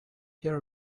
your